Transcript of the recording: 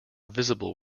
visible